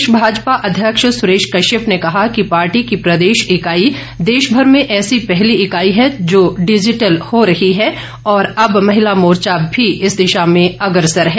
प्रदेश भाजपा अध्यक्ष सुरेश कश्यप ने कहा कि पार्टी की प्रदेश इकाई देश भर में ऐसी पहली इकाई है जो डिजिटल हो रही है और अब महिला मोर्चा भी इस दिशा में अग्रसर है